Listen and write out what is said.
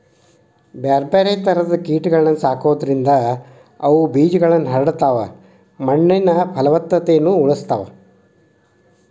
ಬ್ಯಾರ್ಬ್ಯಾರೇ ತರದ ಕೇಟಗಳನ್ನ ಸಾಕೋದ್ರಿಂದ ಅವು ಬೇಜಗಳನ್ನ ಹರಡತಾವ, ಮಣ್ಣಿನ ಪಲವತ್ತತೆನು ಉಳಸ್ತಾವ